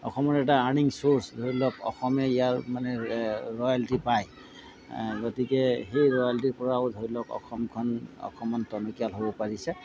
অসমৰ এটা earning source ধৰি লওক অসমে ইয়াৰ মানে ৰয়েলিটি পায় গতিকে সেই ৰয়েলিটিৰ পৰাও ধৰি লওক অসমখন টনকিয়াল হ'ব পাৰিছে